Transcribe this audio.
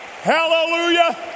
Hallelujah